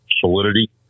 solidity